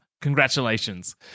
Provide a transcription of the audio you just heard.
congratulations